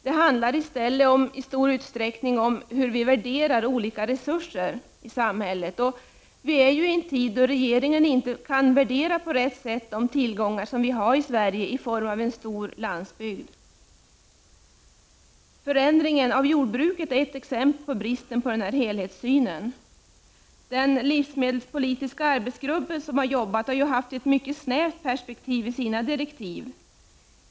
Det handlar i stället i stor utsträckning om hur vi värderar olika resurser i samhället. Vi lever i en tid då regeringen inte på rätt sätt kan värdera de tillgångar som vi har i Sverige i form av stor landsbygd. Förändringen av jordbruket är ett exempel när det gäller bristen på helhetssyn. Den livsmedelspolitiska arbetsgruppen har haft att arbeta med ett väldigt snävt perspektiv, enligt givna direktiv.